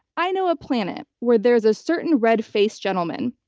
i know a planet where there's a certain red-faced gentleman,